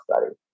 study